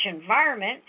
environment